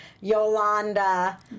Yolanda